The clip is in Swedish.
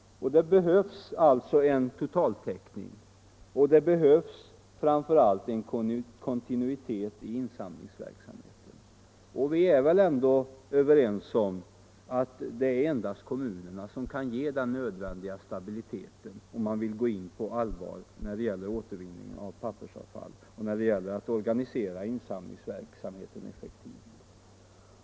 Det behövs alltså en totaltäckning, och det behövs framför allt en kontinuitet i insamlingsverksamheten. Vi är väl ändå överens om att det endast är kommunerna som kan ge den nödvändiga stabiliteten om man vill ingripa på allvar när det gäller återvinningen av pappersavfall och när det gäller att organisera insamlingsverksamheten effektivt.